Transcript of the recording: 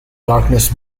darkness